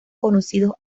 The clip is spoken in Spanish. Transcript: conocidos